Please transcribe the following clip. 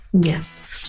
Yes